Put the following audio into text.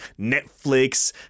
Netflix